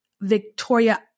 Victoria